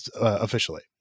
officially